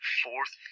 fourth